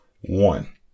one